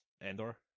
Andor